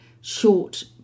short